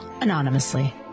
anonymously